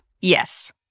Yes